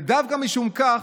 ודווקא משום כך,